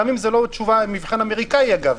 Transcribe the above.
גם אם זה לא מבחן אמריקאי אגב,